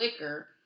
liquor